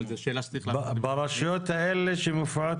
אבל זו שאלה שצריך להפנות